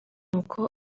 uko